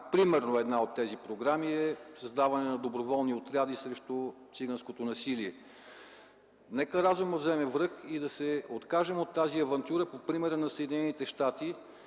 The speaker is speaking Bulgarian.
Пример за такава програма е създаване на доброволни отряди срещу циганското насилие. Нека разумът вземе връх и да се откажем от тази авантюра по примера на Съединените щати